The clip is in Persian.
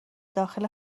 داخل